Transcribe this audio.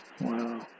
Wow